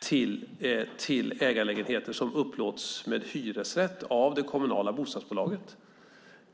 till ägarlägenheter som upplåts med hyresrätt av det kommunala bostadsbolaget.